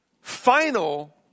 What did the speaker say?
final